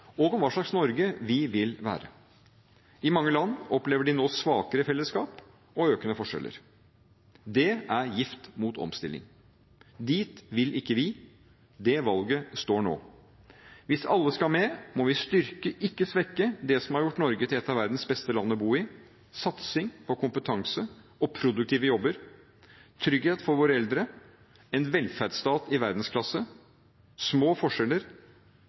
og hva slags Norge vi vil være. I mange land opplever de nå svakere fellesskap og økende forskjeller. Det er gift mot omstilling. Dit vil ikke vi. Det valget står nå. Hvis alle skal med, må vi styrke, ikke svekke, det som har gjort Norge til et av verdens beste land å bo i – satsing på kompetanse og produktive jobber, trygghet for våre eldre, en velferdsstat i verdensklasse, små forskjeller,